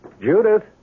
Judith